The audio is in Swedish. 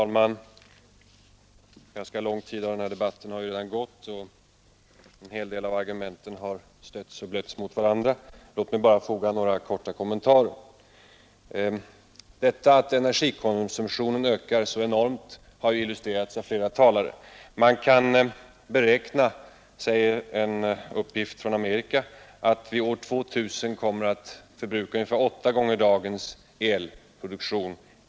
Herr talman! Denna debatt har ju redan tagit ganska lång tid i anspråk, och många argument har stötts och blötts mot varandra. Låt mig foga några kommentarer till debatten. Det förhållandet att energikonsumtionen ökat enormt har illustrerats av flera talare. En uppgift från Amerika säger att vi i hela världen år 2000 kommer att förbruka ungefär åtta gånger dagens elproduktion.